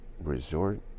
resort